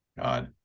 god